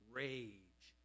rage